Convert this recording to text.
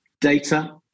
data